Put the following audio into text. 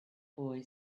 boy